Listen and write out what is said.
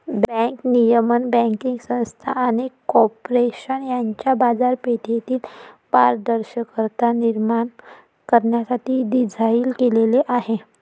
bank नियमन banking संस्था आणि कॉर्पोरेशन यांच्यात बाजारपेठेतील पारदर्शकता निर्माण करण्यासाठी डिझाइन केलेले आहे